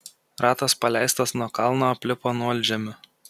ratas paleistas nuo kalno aplipo molžemiu